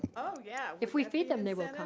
oh yeah. if we feed them they will